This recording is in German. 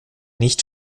nicht